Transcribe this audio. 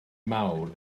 mawr